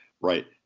Right